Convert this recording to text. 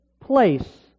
place